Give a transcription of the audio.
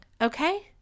okay